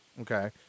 okay